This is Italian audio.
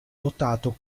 votato